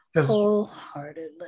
Wholeheartedly